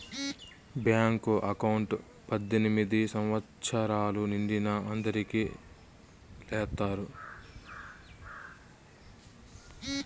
bank account పద్దెనిమిది సంవచ్చరాలు నిండిన అందరికి చేత్తారు